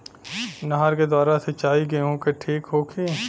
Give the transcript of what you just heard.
नहर के द्वारा सिंचाई गेहूँ के ठीक होखि?